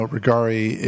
Regari